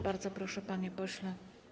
Bardzo proszę, panie pośle.